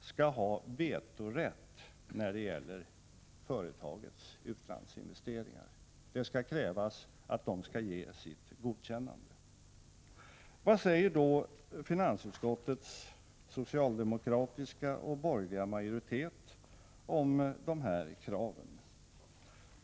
skall ha vetorätt när det gäller företagets utlandsinvesteringar. Det skall krävas att de ger sitt godkännande. Vad säger då finansutskottets socialdemokratiska och borgerliga majoritet om de här kraven?